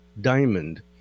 diamond